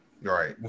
Right